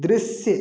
दृश्य